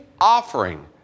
offering